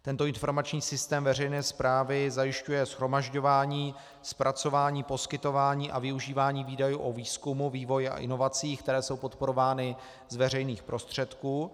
Tento informační systém veřejné správy zajišťuje shromažďování, zpracování, poskytování a využívání údajů o výzkumu, vývoji a inovacích, které jsou podporovány z veřejných prostředků.